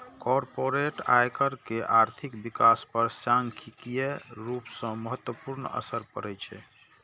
corporate आयकर के आर्थिक विकास पर सांख्यिकीय रूप सं महत्वपूर्ण असर पड़ै छै